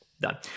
done